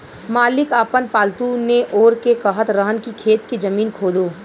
मालिक आपन पालतु नेओर के कहत रहन की खेत के जमीन खोदो